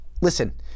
Listen